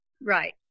Right